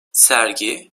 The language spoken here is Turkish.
sergi